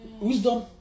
Wisdom